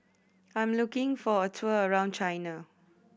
I'm looking for a tour around China